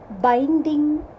binding